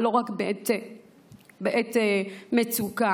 לא רק בעת מצוקה.